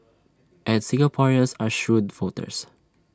and Singaporeans are shrewd voters